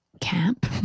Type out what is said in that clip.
camp